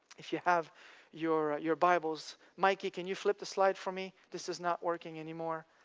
if you have your your bibles, mikey, can you flip the slide for me? this is not working anymore.